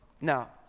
Now